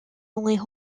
hold